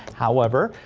however,